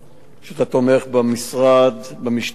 שאתה תומך במשרד, במשטרה,